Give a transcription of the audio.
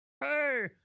hey